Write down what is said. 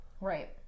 Right